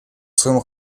своему